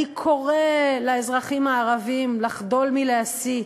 אני קורא לאזרחים הערבים לחדול מלהסית,